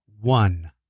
one